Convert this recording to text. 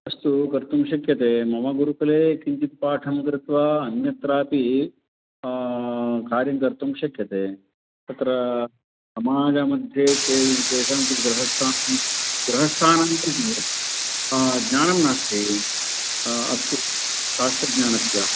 अस्तु कर्तुं शक्यते मम गुरुकुले किञ्चित् पाठं कृत्वा अन्यत्रापि कार्यं कर्तुं शक्यते तत्र समाजमध्ये के केषांचित् गृहस्थानां गृहस्थानां ज्ञानं नास्ति अस्य शास्त्रज्ञानस्य